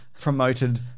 promoted